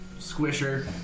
squisher